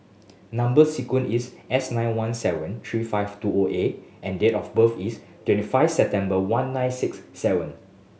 number sequence is S nine one seven three five two O A and date of birth is twenty five September one nine six seven